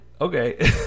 Okay